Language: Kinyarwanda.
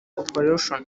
corporation